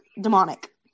demonic